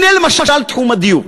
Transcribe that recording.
הנה, למשל, תחום הדיור.